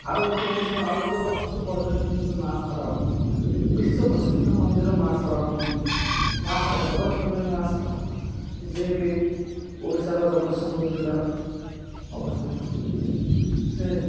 ଆଉ ଏକ ଓଡ଼ିଶାର ଆଉ ଏକ ପ୍ରସିଦ୍ଧ ପର୍ଯ୍ୟଟନ ସ୍ଥଳୀ ହେଲେ ମା ଶାରଳା ବିଶ୍ୱ ପ୍ରସିଦ୍ଧ ମନ୍ଦିର ମା ଶାରଳାଙ୍କ ମନ୍ଦିର ମା ଶାରଳା ଜଗତ ଜନନୀ ମା ଶାରଳା ଯିଏକି ଓଡ଼ିଶାର ଜଗତସିଂପୁର ଜିଲ୍ଲାର ଅବସ୍ଥିତ ସେ